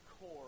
core